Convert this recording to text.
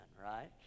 right